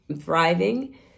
thriving